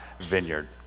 vineyard